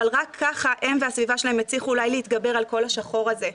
אבל רק ככה הם והסביבה שלהם הצליחו אולי להתגבר על כל השחור הזה.